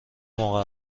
موقع